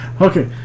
Okay